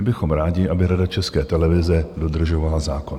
My bychom rádi, aby Rada České televize dodržovala zákon.